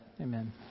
Amen